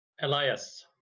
Elias